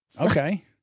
Okay